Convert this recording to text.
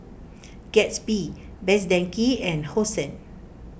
Gatsby Best Denki and Hosen